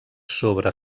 sobre